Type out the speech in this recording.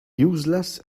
useless